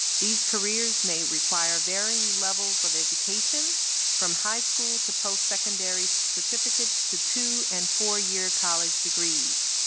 these careers may require varying levels of education from high school to postsecondary certificates to two and four-year college degrees.